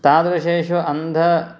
तादृशेषु अन्ध